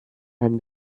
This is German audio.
ein